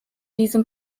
diesem